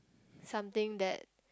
something that